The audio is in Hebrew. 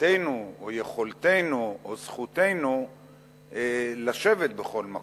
חובתנו או יכולתנו או זכותנו לשבת בכל מקום.